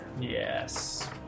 Yes